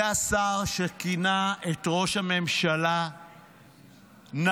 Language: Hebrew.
זה שהשר כינה את ראש הממשלה "נבל".